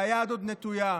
והיד עוד נטויה.